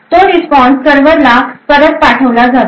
तो रिस्पॉन्स सर्व्हरला परत पाठवला जातो